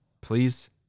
please